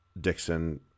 Dixon